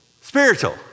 spiritual